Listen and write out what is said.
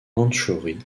mandchourie